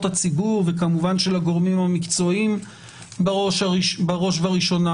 הציבור וכמובן של הגורמים המקצועיים בראש ובראשונה,